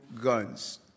guns